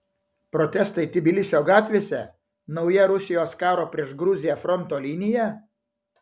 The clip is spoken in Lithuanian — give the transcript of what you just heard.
protestai tbilisio gatvėse nauja rusijos karo prieš gruziją fronto linija